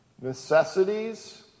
Necessities